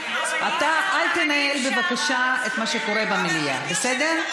אתה אל תנהל בבקשה את מה שקורה במליאה, בסדר?